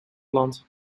land